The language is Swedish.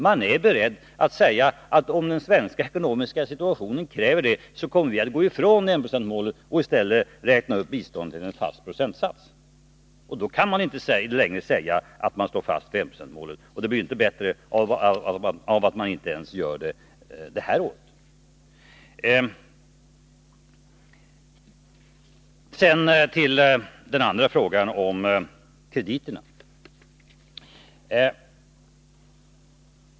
Man är beredd att säga att om den svenska ekonomiska situationen kräver det kommer vi att gå ifrån enprocentsmålet och i stället räkna upp biståndet med en fast procentsats. Då kan man inte längre säga att man står fast vid enprocentsmålet, och det blir inte bättre av att man inte ens gör det detta år. Sedan till den andra frågan, dvs. frågan om krediterna.